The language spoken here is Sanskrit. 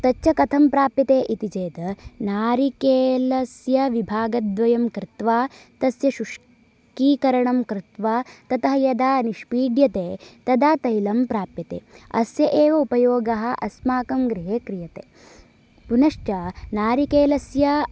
तच्च कथं प्राप्यते इति चेत् नारिकेलस्य विभागद्वयं कृत्वा तस्य शुष्कीकरणं कृत्वा ततः यदा निष्पीड्यते तदा तैलं प्राप्यते अस्य एव उपयोगः अस्माकं गृहे क्रियते पुनश्च नारिकेलस्य